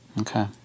Okay